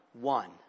one